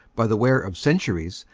by the wear of centuries,